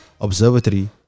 Observatory